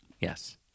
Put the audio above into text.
Yes